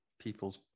people's